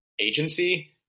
agency